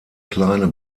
kleine